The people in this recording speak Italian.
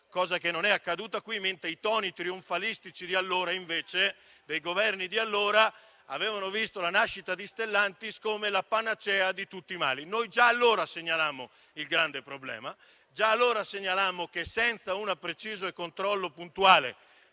cosa che non è accaduta qui, mentre i toni trionfalistici dei Governi di allora avevano visto la nascita di Stellantis come la panacea di tutti i mali. Noi già allora segnalammo il grande problema e già allora facemmo presente che, senza un preciso e puntuale